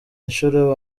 inshuro